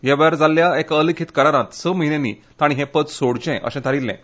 ह्या वेळर जाल्ल्या एका अलिखित करारांत स म्हयन्यांनी तांणी हे पद सोडचे अशे थारिछें